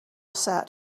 sat